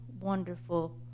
wonderful